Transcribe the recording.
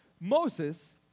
Moses